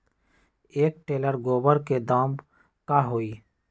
एक टेलर गोबर के दाम का होई?